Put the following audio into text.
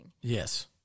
Yes